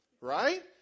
Right